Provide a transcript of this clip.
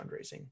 fundraising